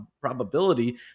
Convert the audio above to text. probability